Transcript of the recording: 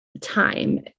time